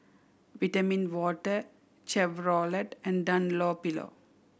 Vitamin Water Chevrolet and Dunlopillo